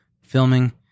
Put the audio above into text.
filming